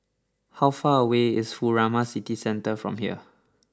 how far away is Furama City Centre from here